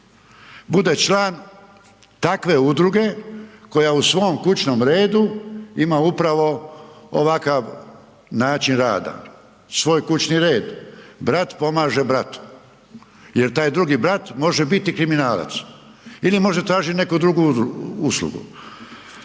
bude član takve udruge koja u svom kućnom redu ima upravo ovakav način rada, svoj kućni red, brat pomaže bratu jer taj drugi brat može biti kriminalac ili može tražit neku drugu uslugu.